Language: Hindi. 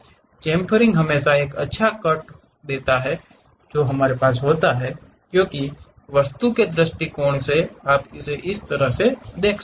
चॉम्फरिंग हमेशा एक अच्छा कट होता है जो हमारे पास होता है क्योंकि वस्तु के दृष्टिकोण से आप उस तरह के हो सकते हैं